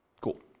Cool